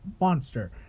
monster